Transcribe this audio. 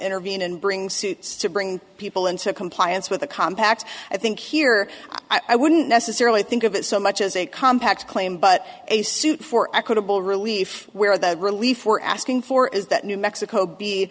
intervene and bring suits to bring people into compliance with the compact i think here i wouldn't necessarily think of it so much as a compact claim but a suit for equitable relief where that relief or asking for is that new mexico be